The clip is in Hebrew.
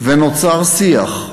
ונוצר שיח,